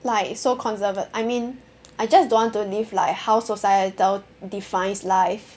like so conserva~ I mean I just don't want to live like how societal defines life